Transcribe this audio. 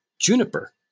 juniper